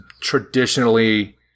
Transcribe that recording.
traditionally